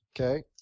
okay